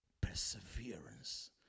perseverance